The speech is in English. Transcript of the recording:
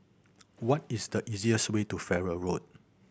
what is the easiest way to Farrer Road